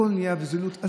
יש זילות בכול,